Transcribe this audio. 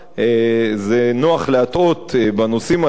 מה קרה?